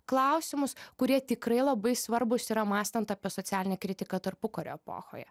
klausimus kurie tikrai labai svarbūs yra mąstant apie socialinę kritiką tarpukario epochoje